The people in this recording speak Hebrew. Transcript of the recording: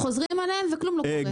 חוזרים אליהם וכלום לא קורה.